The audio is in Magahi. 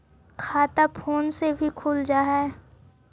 खाता फोन से भी खुल जाहै?